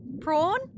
Prawn